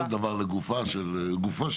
כל דבר לגופו של דיון.